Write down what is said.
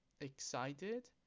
excited